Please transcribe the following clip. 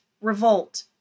revolt